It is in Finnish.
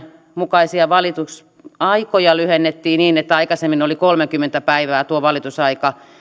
mukaisia valitusaikoja lyhennettiin niin että kun aikaisemmin tuo valitusaika oli kolmekymmentä päivää